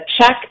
check